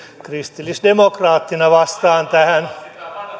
kristillisdemokraattina vastaan tähän